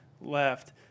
left